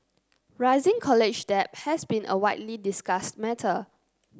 rising college debt has been a widely discussed matter